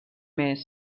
més